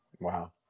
Wow